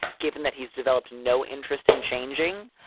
given that he's developed no interest in changing,